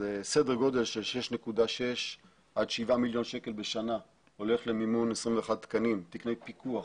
סדר גודל של 6,600,000 עד 7,000,000 הולך למימון 21 תקני פיקוח.